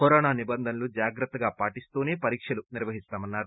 corona నిబంధనలు జాగ్రత్తగా పాటిస్తూసే పరీక్షలు నిర్వహిస్తామన్నారు